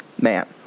man